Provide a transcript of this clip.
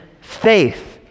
faith